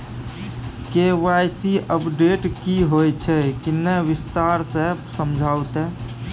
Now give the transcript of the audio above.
KYC update की होय छै किन्ने विस्तार से समझाऊ ते?